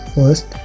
First